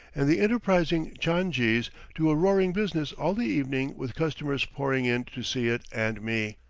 and the enterprising tchan-jees do a roaring business all the evening with customers pouring in to see it and me.